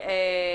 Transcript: מצוין.